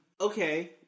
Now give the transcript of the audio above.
okay